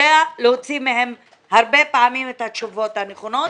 להוציא מהם הרבה פעמים את התשובות הנכונות